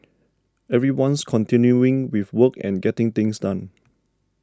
everyone's continuing with work and getting things done